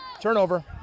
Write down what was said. turnover